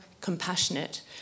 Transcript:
compassionate